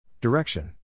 Direction